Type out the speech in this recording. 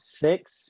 Six